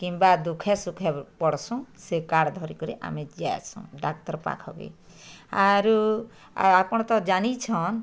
କିମ୍ବା ଦୁଃଖେ ସୁଖେ ପଡ଼ସୁଁ ସେ କାର୍ଡ଼ ଧରିକରି ଆମେ ଯାଇସୁଁ ଡାକ୍ତରପାଖ ବି ଆରୁ ଆ ଆପଣ ତ ଜାନିଛନ